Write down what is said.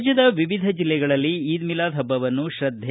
ರಾಜ್ಯದ ವಿವಿಧ ಜಿಲ್ಲೆಗಳಲ್ಲಿ ಈದ್ ಮಿಲಾದ್ ಹಬ್ಬವನ್ನು ತ್ರದೈ